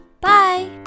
Bye